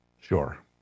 Sure